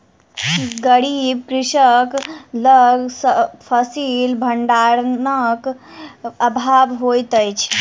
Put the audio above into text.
गरीब कृषक लग फसिल भंडारक अभाव होइत अछि